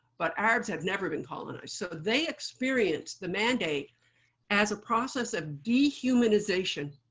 but arabs had never been colonized. so they experienced the mandate as a process of dehumanization.